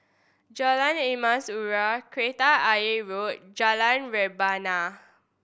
Jalan Emas Urai Kreta Ayer Road Jalan Rebana